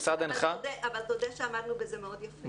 המשרד הנחה --- אבל תודה שעמדנו בזה מאוד יפה.